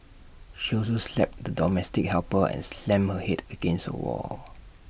she also slapped the domestic helper and slammed her Head against A wall